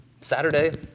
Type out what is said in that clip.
Saturday